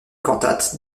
cantate